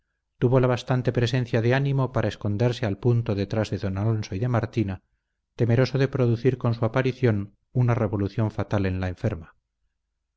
tuvo la bastante presencia de ánimo para esconderse al punto detrás de don alonso y de martina temeroso de producir con su aparición una revolución fatal en la enferma